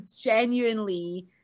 genuinely